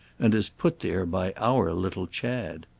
and as put there by our little chad!